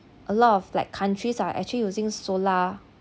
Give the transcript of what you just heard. a lot of like countries are actually using solar